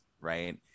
Right